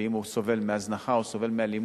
ואם הוא סובל מהזנחה או סובל מאלימות,